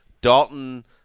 Dalton